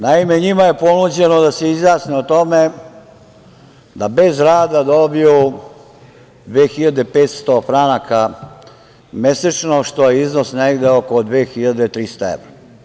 Naime, njima je ponuđeno da se izjasne o tome da bez rada dobiju 2500 franaka mesečno, što je iznos negde oko 2300 evra.